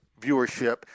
viewership